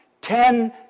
ten